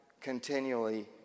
continually